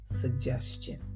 suggestion